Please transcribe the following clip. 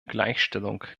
gleichstellung